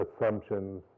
assumptions